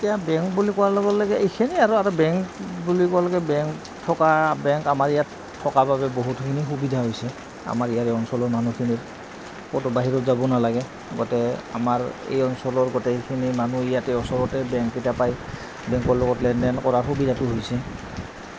এতিয়া বেংক বুলি কোৱাৰ লগে লগে এইখিনি আৰু আৰু বেংক বুলি কোৱা লগে লগে বেংক থকা বেংক আমাৰ ইয়াত থকা বাবে বহুতখিনি সুবিধা হৈছে আমাৰ ইয়াৰে এই অঞ্চলৰ মানুহখিনিৰ ক'তো বাহিৰত যাব নালাগে গোটে আমাৰ এই অঞ্চলৰ গোটেইখিনি মানুহ ইয়াতে ওচৰতে বেংকেইটা পায় বেংকৰ লগত লেনদেন কৰাৰ সুবিধাটো হৈছে